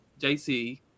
JC